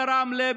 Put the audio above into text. ברמלה,